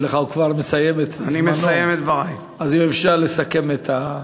אם אפשר לסכם את הנושא.